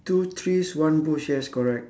two trees one bush yes correct